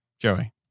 Joey